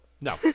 No